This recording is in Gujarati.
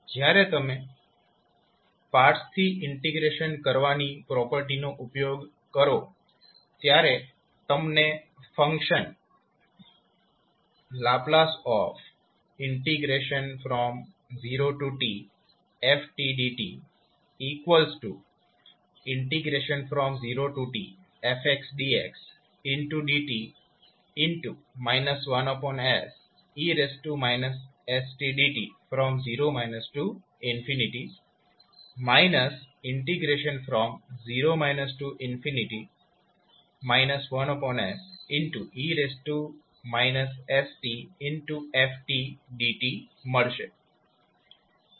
જ્યારે તમે પાર્ટ્સથી ઈન્ટીગ્રેશન કરવાની પ્રોપર્ટીનો ઉપયોગ કરો ત્યારે તમને function ℒ 0tfdt 0tfdx dt | 0 0 e stf dt મળશે